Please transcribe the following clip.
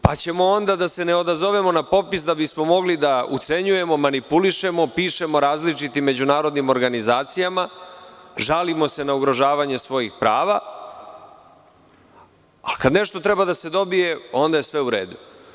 Pa ćemo onda da se ne odazovemo na popis da bismo mogli da ucenjujemo, manipulišemo različitim međunarodnim organizacijama, žalimo se na ugrožavanje svojih prava, ali kada nešto treba da se dobije onda je sve u redu.